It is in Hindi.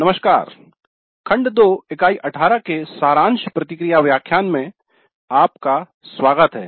नमस्कार खंड 2 इकाई 18 के सारांश प्रतिक्रिया व्याख्यान में आपका स्वागत है